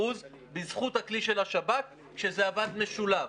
בזכות הכלי שלי השב"כ כשזה עבד משולב.